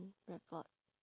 rapport